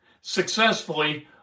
successfully